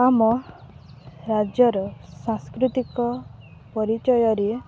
ଆମ ରାଜ୍ୟର ସାଂସ୍କୃତିକ ପରିଚୟରେ